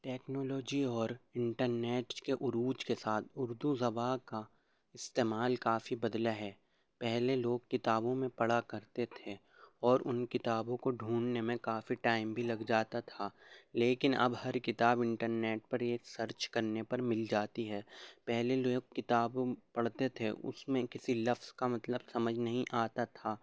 technology اور internets کے عروج کے ساتھ اردو زبان کا استعمال کافی بدلا ہے پہلے لوگ کتابوں میں پڑھا کرتے تھے اور ان کتابوں کو ڈھونڈنے میں کافی ٹائم بھی لگ جاتا تھا لیکن اب ہر کتاب انٹرنیٹ پر ایک سرچ کرنے پر مل جاتی ہے پہلے لوگ کتابوں میں پڑھتے تھے اس میں کسی لفظ کا مطلب سمجھ نہیں آتا تھا